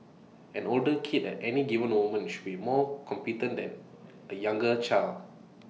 an older kid at any given moment should be more competent than A younger child